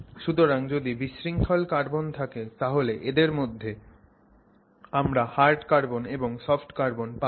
সুতরাং যদি বিশৃঙ্খল কার্বন থাকে তাহলে এদের মধ্যে আমরা হার্ড কার্বন এবং সফট কার্বন পাবো